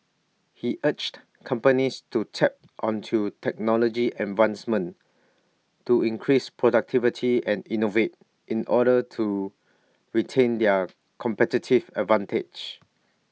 he urged companies to tap onto technology advancements to increase productivity and innovate in order to retain their competitive advantage